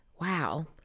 wow